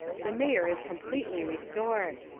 the mayor is completely restored.